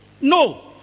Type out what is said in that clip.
No